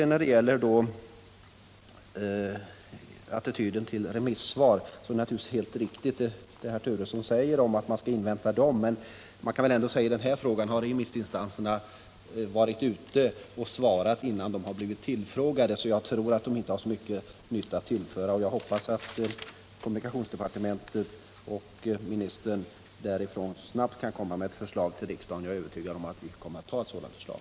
När det gäller attityden till remissvar så är det naturligtvis helt riktigt som herr Turesson säger, att man skall invänta dem. Men i den här frågan har väl remissinstanserna varit ute och svarat innan de blev tillfrågade, och de har nog inte så mycket nytt att tillföra. Jag hoppas att kommunikationsdepartementet och ministern där snabbt kan komma med ett förslag till riksdagen och jag är övertygad om att vi kommer att ta ett sådant förslag.